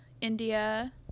India